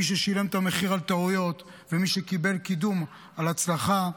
מישהו ששילם את המחיר על טעויות ומי שקיבל קידום על הצלחה,